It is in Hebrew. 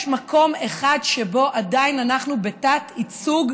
יש מקום אחד שבו עדיין אנחנו בתת-ייצוג